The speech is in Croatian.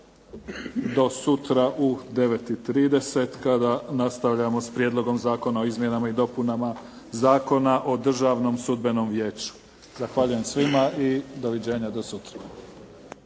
do sutra u 9 i 30 kada nastavljamo s Prijedlogom Zakona o izmjenama i dopunama Zakona o državnom sudbenom vijeću. Zahvaljujem svima i doviđenja do sutra.